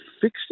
fixed